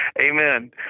Amen